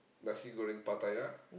nasi-goreng-Pattaya